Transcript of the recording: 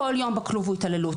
כל יום בכלוב הוא התעללות.